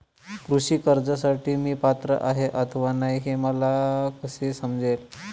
कृषी कर्जासाठी मी पात्र आहे अथवा नाही, हे मला कसे समजेल?